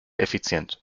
effizient